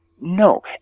No